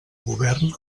govern